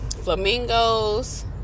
flamingos